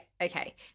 okay